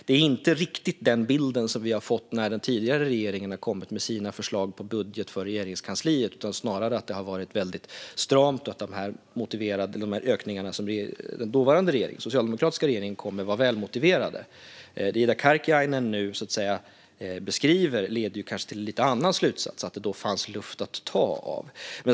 Det är inte riktigt den bilden vi har fått när den tidigare regeringen har kommit med sina förslag till budget för Regeringskansliet, snarare att det varit väldigt stramt och att de ökningar som den dåvarande socialdemokratiska regeringen kom med var välmotiverade. Det Ida Karkiainen nu beskriver leder kanske till en annan slutsats, att det då fanns luft att ta av.